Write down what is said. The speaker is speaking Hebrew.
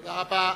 תודה רבה.